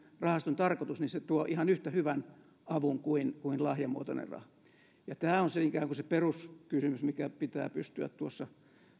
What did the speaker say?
rahaston tarkoitus se tuo ihan yhtä hyvän avun kuin kuin lahjamuotoinen raha tämä on ikään kuin se peruskysymys mikä pitää pystyä tuossa